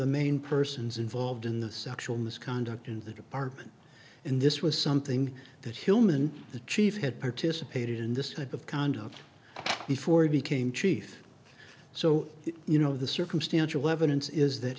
the main persons involved in the sexual misconduct in the department and this was something that human the chief had participated in this good of conduct before he became chief so you know the circumstantial evidence is that